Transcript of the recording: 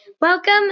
Welcome